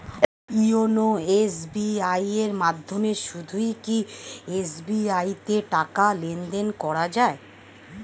YONO SBI এর মাধ্যমে শুধুই কি এস.বি.আই তে টাকা লেনদেন করা যায়?